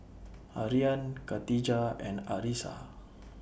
Aryan Katijah and Arissa